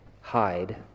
hide